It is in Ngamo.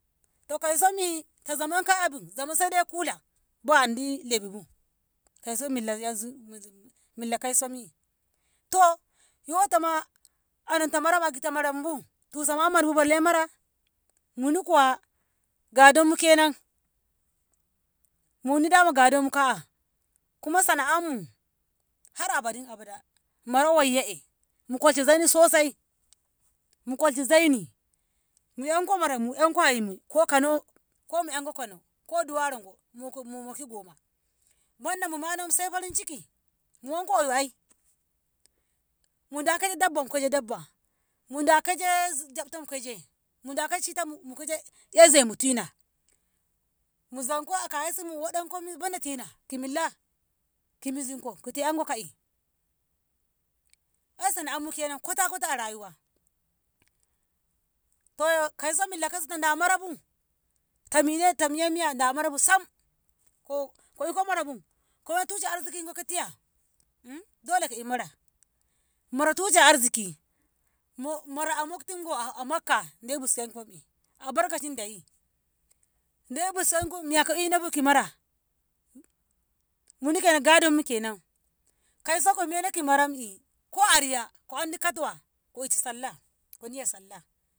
To kausomi tazaman kaa'abu zama saidai kula bo andi lafibu kauso milla yansu- milla kam sam'i to mi yotoma annato mara ta a gita maranbu tusama manbu balle mara munikuwa gadonmu kenan, muni daman kadonmu ka'a kuma sana'anmu har abadin abada mara wayye'e mu kolshe zaini sosai, mu kolshe zaini mu yanko mara mu yanko haimu ko kano- ko mu yanko kano ko duwaroga go- mugo moki goma banda mumano sai farin ciki mu wanko oyu ai muda keje dabba mukeje dabba muda keje jabto mukeje muda kacita- mukeje ai zaimu tina muzanko aka yasi muhoɗankom bano tina ki milla ki mizinko kute 'yanko ka'i ei sana'ammu a rayuwa to kauso mila takauso da marabu tamine- tamiye miyana da marabu sam ko iko marabu kowa tushe arzikinko ki tiya dole ko'e mara, mara tushe arziki mo- mora a moktin go a makka Dei wustonkoi bi albarkancin Dei laibussanko miya ko'inabu kira mara muni kenan gndonmu kenan kauso ko meno ki marammi ko ariya ko andi kuwa ko itu sallah koniya sallah.